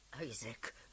Isaac